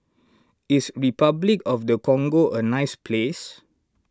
is Repuclic of the Congo a nice place